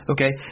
Okay